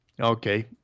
okay